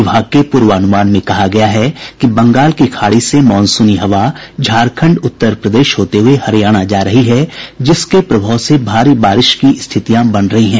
विभाग के पूर्वानुमान में कहा गया है कि बंगाल की खाड़ी से मॉनसूनी हवा झारखण्ड उत्तर प्रदेश होते हुये हरियाणा जा रही है जिसके प्रभाव से भारी बारिश की स्थितियां बन रही हैं